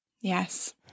Yes